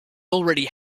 already